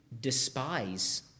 despise